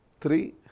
Three